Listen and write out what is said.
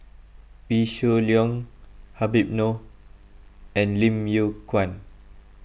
Wee Shoo Leong Habib Noh and Lim Yew Kuan